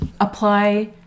Apply